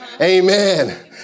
Amen